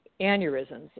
aneurysms